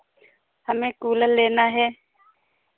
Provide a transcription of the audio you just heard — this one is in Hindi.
हमें कूलर लेना है